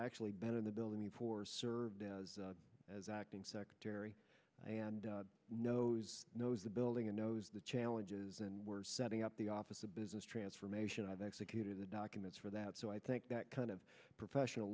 actually been in the building before served as acting secretary and knows knows the building and knows the challenges and we're setting up the office of business transformation i've executed the documents for that so i think that kind of professional